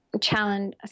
challenge